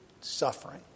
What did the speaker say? suffering